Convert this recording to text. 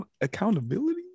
accountability